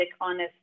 honest